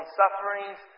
sufferings